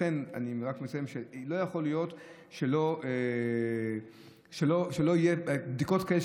לכן אני רק מציין שלא יכול להיות שלא יהיו בדיקות כאלה,